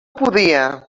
podia